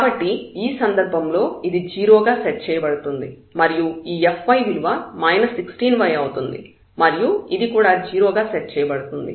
కాబట్టి ఈ సందర్భంలో ఇది 0 గా సెట్ చేయబడుతుంది మరియు ఈ fy విలువ 16y అవుతుంది మరియు ఇది కూడా 0 గా సెట్ చేయబడుతుంది